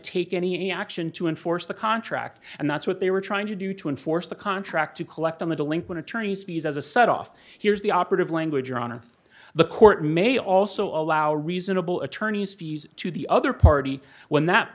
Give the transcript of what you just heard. take any action to enforce the contract and that's what they were trying to do to enforce the contract to collect on the delinquent attorney's fees as a set off here's the operative language your honor the court may also allow reasonable attorneys fees to the other party when that